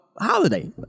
Holiday